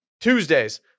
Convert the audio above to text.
Tuesdays